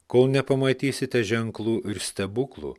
kol nepamatysite ženklų ir stebuklų